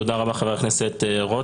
תודה רבה חבר הכנסת רוטמן.